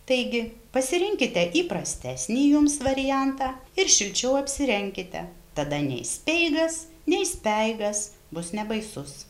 taigi pasirinkite įprastesnį jums variantą ir šilčiau apsirenkite tada nei speigas nei speigas bus nebaisus